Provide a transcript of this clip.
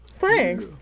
Thanks